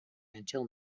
until